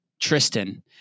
Tristan